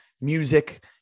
music